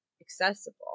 accessible